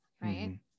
right